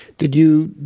did you?